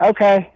Okay